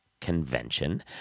convention